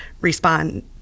respond